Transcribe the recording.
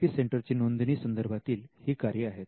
I P सेंटरची नोंदणी संदर्भातील ही कार्ये आहेत